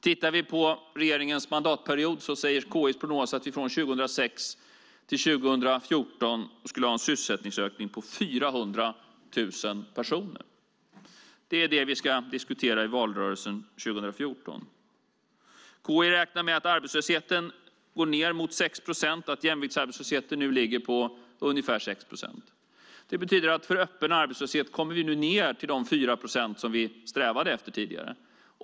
Tittar vi på regeringens mandatperiod säger KI:s prognos att vi från 2006 till 2014 skulle ha en sysselsättningsökning på 400 000 personer. Det är det vi ska diskutera i valrörelsen 2014. KI räknar med att arbetslösheten går ned mot 6 procent och att jämviktsarbetslösheten nu ligger på ungefär 6 procent. Det betyder att för öppen arbetslöshet kommer vi nu ned till de 4 procent som vi strävade efter tidigare.